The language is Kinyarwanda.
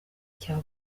cya